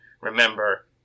remember